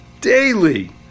daily